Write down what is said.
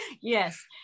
Yes